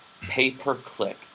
pay-per-click